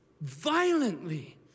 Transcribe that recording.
violently